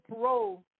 parole